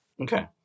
Okay